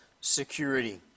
security